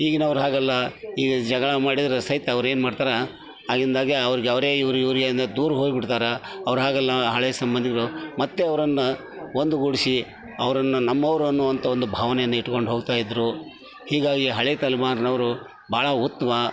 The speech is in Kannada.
ಈಗಿನವ್ರು ಹಾಗಲ್ಲ ಈಗ ಜಗಳ ಮಾಡಿದರೆ ಸಹಿತ ಅವ್ರೇನು ಮಾಡ್ತಾರೆ ಆಗಿಂದಾಗ್ಗೆ ಅವ್ರ್ಗೆ ಅವರೆ ಇವ್ರ್ಗೆ ಇವರೆ ದೂರ ಹೋಗಿ ಬಿಡ್ತಾರೆ ಅವ್ರು ಹಾಗಲ್ಲ ಹಳೆ ಸಂಬಂಧಗಳು ಮತ್ತೆ ಅವ್ರನ್ನು ಒಂದು ಗೂಡಿಸಿ ಅವ್ರನ್ನು ನಮ್ಮವರು ಅನ್ನುವಂತ ಒಂದು ಭಾವನೆಯನ್ನು ಇಟ್ಕೊಂಡು ಹೋಗ್ತಾಯಿದ್ದರು ಹೀಗಾಗಿ ಹಳೆ ತಲೆಮಾರಿನವ್ರು ಬಹಳ ಉತ್ತಮ